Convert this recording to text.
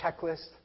checklist